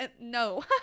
no